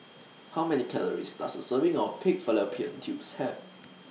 How Many Calories Does A Serving of Pig Fallopian Tubes Have